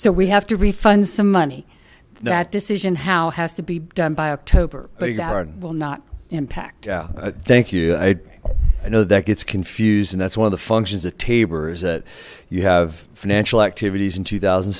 so we have to refund some money that decision how has to be done by october will not impact yeah thank you i i know that gets confused and that's one of the functions of tabor is that you have financial activities in two thousand